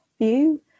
view